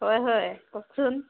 হয় হয় কওকচোন